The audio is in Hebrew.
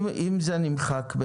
אם זה נמחק,